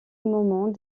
moment